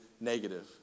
negative